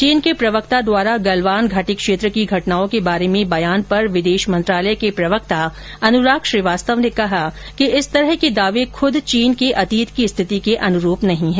चीन के प्रवक्ता द्वारा गलवान घाटी क्षेत्र की घटनाओं के बारे में बयान पर विदेश मंत्रालय के प्रवक्ता अनुराग श्रीवास्तव ने कहा कि इस तरह के दावे खुद चीन के अतीत की स्थिति के अनुरूप नहीं हैं